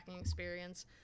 experience